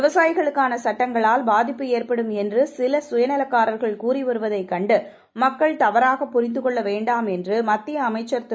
விவசாயிகளுக்கான சட்டங்களால் பாதிப்பு ஏற்படும் என்று சில சுயநலக்காரர்கள் கூறி வருவதைக் கண்டு மக்கள் தவறாக புரிந்து கொள்ள வேண்டாம் என்று மத்திய அமைச்சர் திரு